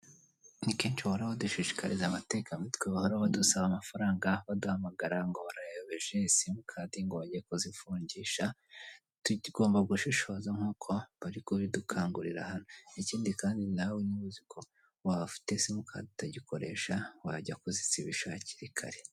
Ni kenshi bahoraho badushishikariza abatekamutwe bahora badusaba amafaranga, baduhamagara ngo barayayobeje, simukadi ngo bajye kuzifungisha, tugomba gushishoza nk'uko bari kubidukangurira hano. Ikindi kandi nawe niba uzi ko waba ufite semukadi utagikoresha wajya kuzizibisha hakiri kare.